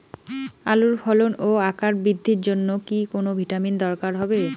আলুর ফলন ও আকার বৃদ্ধির জন্য কি কোনো ভিটামিন দরকার হবে?